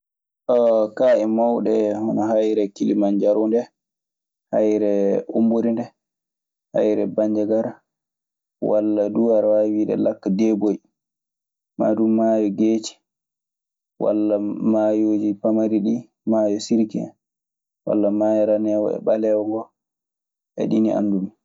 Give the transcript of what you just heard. kaƴe mawde hono hayire kilimajaro nde, Hayire ombori nde, hayire banjagara, wala dum ada wawi wide lakdeɓoy, ma dum mayiyo gecci. Wala mayiyoji pamariɗi, mayiyo sirki hen.